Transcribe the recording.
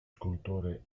scultore